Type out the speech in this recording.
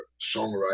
songwriter